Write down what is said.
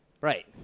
Right